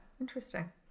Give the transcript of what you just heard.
interesting